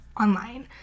online